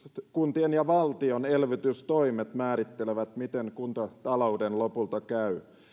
kuntien ja valtion elvytystoimet määrittelevät miten kuntatalouden lopulta käy